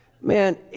man